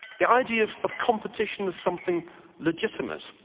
the idea of of competition is something legitimate.